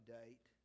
date